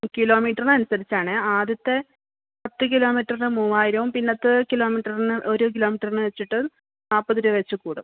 കിലോമീറ്ററിനനുസരിച്ചാണെൽ ആദ്യത്തെ പത്ത് കിലോ മീറ്റർന് മൂവായിരവും പിന്നത്തെ കിലോ മീറ്റർന് ഒരു കിലോ മീറ്റർന് വെച്ചിട്ട് നാൽപ്പത് രൂപ വെച്ച് കൂടും